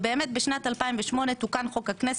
בשנת 2008 תוקן חוק הכנסת,